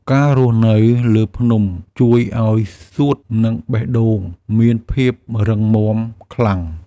ការរស់នៅលើភ្នំជួយឱ្យសួត និងបេះដូងមានភាពរឹងមាំខ្លាំង។